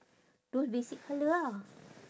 those basic colour ah